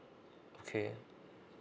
okay